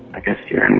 i guess you're